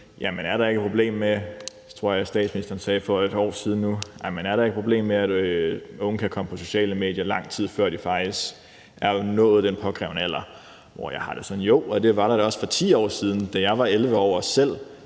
om der ikke er et problem med, at unge kan komme på sociale medier, lang tid før de faktisk er nået den påkrævede alder, har jeg det sådan: Jo, og det var der da også for 10 år siden, da jeg var 11 år og selv